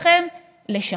שצריכה לעשות חשיבה מחדש, ואני